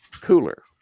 cooler